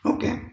Okay